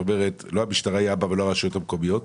לא המשטרה היא האבא ולא הרשויות המקומיות.